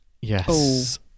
Yes